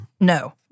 No